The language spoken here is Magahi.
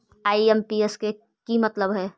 आई.एम.पी.एस के कि मतलब है?